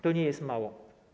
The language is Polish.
To nie jest mało.